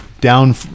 down